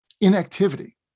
Inactivity